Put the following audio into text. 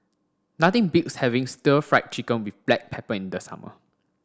nothing beats having stir fry chicken with black pepper in the summer